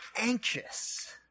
anxious